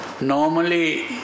normally